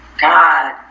God